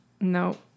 No